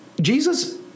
Jesus